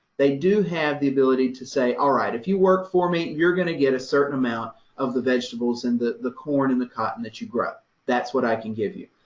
they do have the ability to say, all right, if you work for me, you're going to get a certain amount of the vegetables and the the corn and the cotton that you grow that's what i can give you.